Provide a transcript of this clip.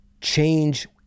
change